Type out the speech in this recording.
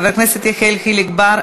חבר הכנסת יחיאל חיליק בר,